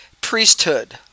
Priesthood